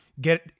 get